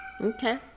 Okay